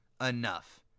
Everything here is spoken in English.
enough